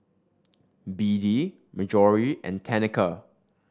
Beadie Marjory and Tenika